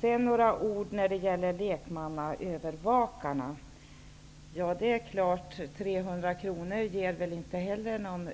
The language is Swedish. Jag vill säga några ord om lekmannaövervakarna. 300 kr är väl inte något som